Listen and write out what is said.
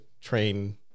train